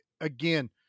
Again